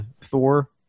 Thor